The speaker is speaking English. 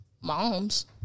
Moms